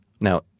Now